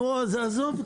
נו, אז עזוב.